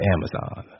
Amazon